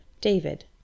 David